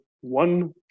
one